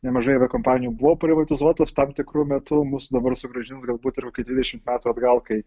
nemažai aviakompanijų buvo privatizuotos tam tikru metu mus dabar sugrąžins galbūt ir kokį dvidešimt metų atgal kai